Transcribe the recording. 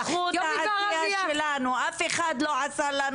בזכות העשייה שלנו, אף אחד לא עשה לנו